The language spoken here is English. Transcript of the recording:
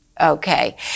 Okay